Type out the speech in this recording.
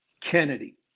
Kennedy